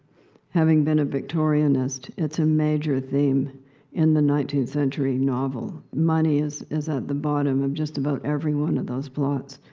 having been a victorianist, it's a major theme in the nineteenth century novel. money is is at the bottom of just about every one of those plots.